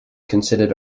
considered